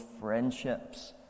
friendships